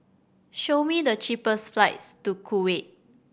show me the cheapest flights to Kuwait